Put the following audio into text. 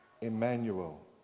Emmanuel